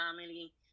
family